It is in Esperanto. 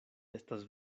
estas